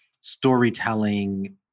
storytelling